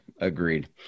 agreed